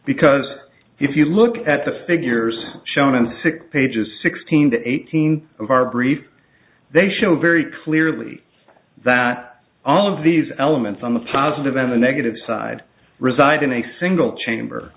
because if you look at the figures shown in six pages sixteen to eighteen of our brief they show very clearly that all of these elements on the positive and the negative side reside in a single chamber